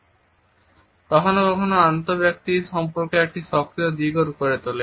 এবং কখনও কখনও আন্তঃব্যক্তিক সম্পর্কের একটি সক্রিয় দিকও করে তোলে